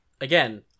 Again